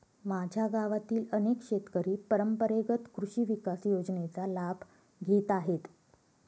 माझ्या गावातील अनेक शेतकरी परंपरेगत कृषी विकास योजनेचा लाभ घेत आहेत